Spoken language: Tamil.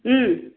ம்